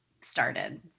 started